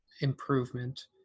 improvement